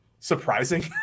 surprising